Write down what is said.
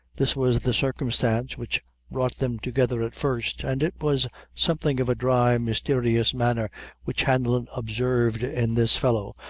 this was the circumstance which brought them together at first, and it was something of a dry, mysterious manner which hanlon observed in this fellow,